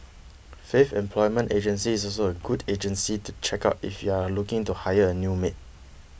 Faith Employment Agency is also a good agency to check out if you are looking to hire a new maid